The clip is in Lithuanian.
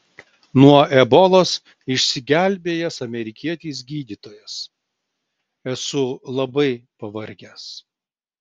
nuo ebolos išsigelbėjęs amerikietis gydytojas esu labai pavargęs